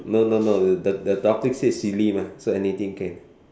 no no no you the the topic said silly mah so anything can